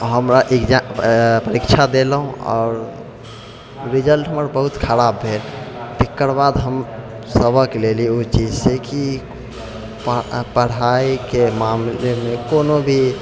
हमरा एग्जाम परीक्षा देलहुँ आओर रिजल्ट हमर बहुत खराब भेल तकर बाद हम सबक लेली ओहि चीजसँ कि पढ़ाइके मामलेमे कोनो भी